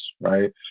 right